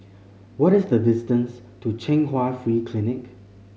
what is the distance to Chung Hwa Free Clinic